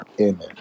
Amen